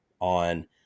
on